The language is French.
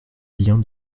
bien